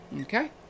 Okay